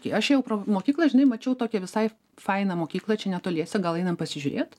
kai aš ėjau pro mokyklą žinai mačiau tokią visai fainą mokyklą čia netoliese gal einam pasižiūrėt